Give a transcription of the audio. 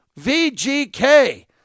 VGK